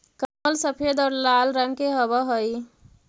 कमल सफेद और लाल रंग के हवअ हई